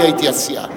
אני הייתי הסיעה.